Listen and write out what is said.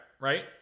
right